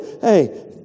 hey